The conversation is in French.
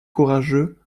courageux